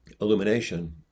illumination